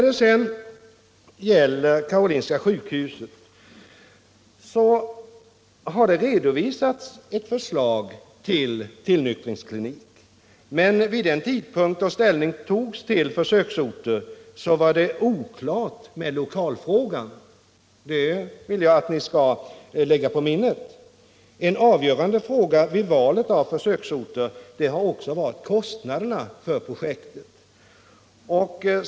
Det har redovisats ett förslag till tillnyktringsklinik vid Karolinska sjukhuset, men vid den tidpunkt då ställning togs till försöksorterna var det oklart med lokalfrågorna — det vill jag att ni skall lägga på minnet. En avgörande fråga vid valet av försöksorter har också varit kostnaden för projektet.